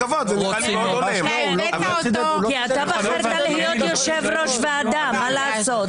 --- אתה בחרת להיות יושב-ראש ועדה, מה לעשות.